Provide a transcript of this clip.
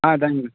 ஆ தேங்க்யூண்ணே